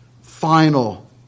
final